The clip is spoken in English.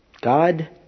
God